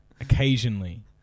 Occasionally